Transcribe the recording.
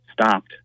stopped